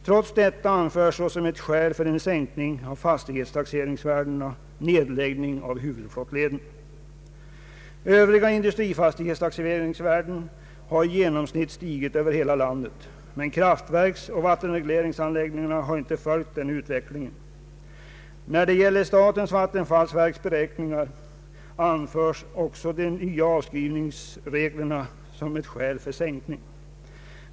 Trots detta anförs såsom ett skäl för en sänkning av fastig värden har i genomsnitt stigit över hela landet, men kraftverksoch vattenregleringsanläggningarna har inte följt den utvecklingen. När det gäller statens vattenfallsverks beräkningar anförs också de nya avskrivningsförordningarna såsom ett skäl för sänkning.